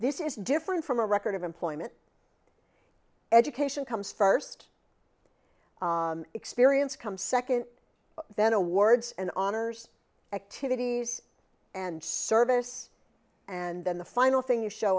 this is different from a record of employment education comes first experience comes second then awards and honors activities and service and then the final thing you show